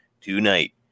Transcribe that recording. tonight